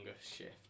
shift